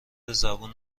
زبون